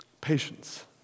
Patience